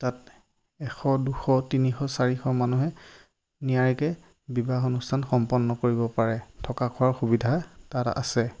তাত এশ দুশ তিনিশ চাৰিশ মানুহে নিয়াৰিকৈ বিবাহ অনুষ্ঠান সম্পন্ন কৰিব পাৰে থকা খোৱাৰ সুবিধা তাত আছে